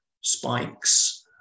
Spikes